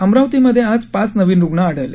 अमरावतीमध्ये आज पाच नवीन रुग्ण आढळले